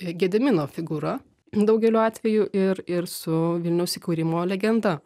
gedimino figūra daugeliu atvejų ir ir su vilniaus įkūrimo legenda